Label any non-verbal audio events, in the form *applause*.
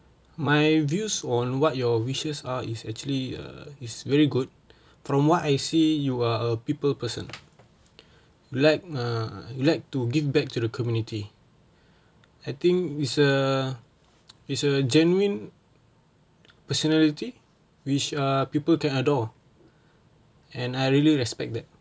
my views on what your wishes are it's actually uh is very good from what I see you are a people person like err like to give back to the community I think its a *noise* its a genuine personality which a pupil can adore and I really respect them